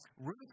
Ruth